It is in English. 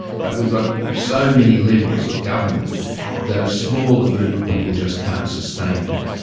but we've got so many levels of government that a smaller group of people just can't sustain that,